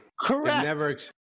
Correct